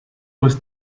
was